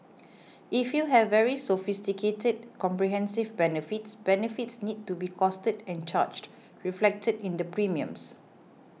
if you have very sophisticated comprehensive benefits benefits need to be costed and charged reflected in the premiums